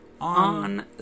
On